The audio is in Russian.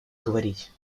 говорить